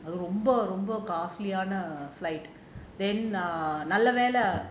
அது ரொம்ப ரொம்ப:athu romba romba costly flight நல்ல வேலை:nalla velai